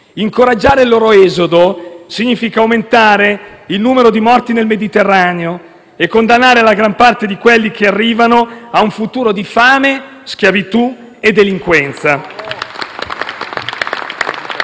incoraggiare l'esodo significa aumentare il numero di morti nel Mediterraneo e condannare la gran parte di quelli che arrivano un futuro di fame, schiavitù e delinquenza.